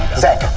zack!